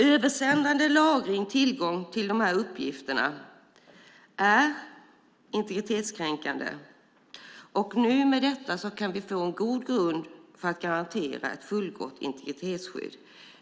Översändande, lagring och tillgång till dessa uppgifter är integritetskränkande, och med detta kan vi få en god grund för att garantera ett fullgott integritetsskydd.